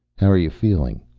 how are you feeling?